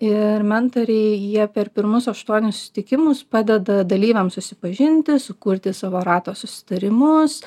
ir mentoriai jie per pirmus aštuonis susitikimus padeda dalyviams susipažinti sukurti savo rato susitarimus